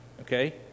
okay